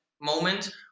moment